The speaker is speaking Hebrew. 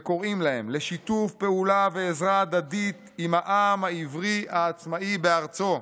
וקוראים להם לשיתוף פעולה ועזרה הדדית עם העם העברי העצמאי בארצו.